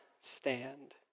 stand